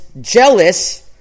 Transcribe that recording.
jealous